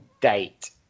date